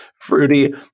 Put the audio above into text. Fruity